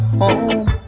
home